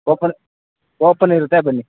open open ಇರುತ್ತೆ ಬನ್ನಿ